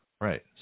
Right